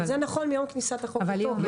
זה נכון מיום כניסת החוק לתוקף.